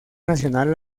nacional